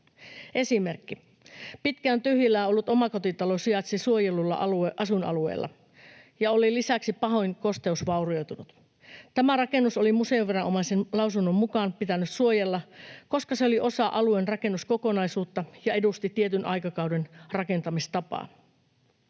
Esimerkki: pitkään tyhjillään ollut omakotitalo sijaitsi suojellulla asuinalueella ja oli lisäksi pahoin kosteusvaurioitunut. Tämä rakennus oli museoviranomaisen lausunnon mukaan pitänyt suojella, koska se oli osa alueen rakennuskokonaisuutta ja edusti tietyn aikakauden rakentamistapaa.